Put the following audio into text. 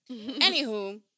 Anywho